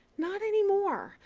not anymore.